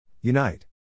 Unite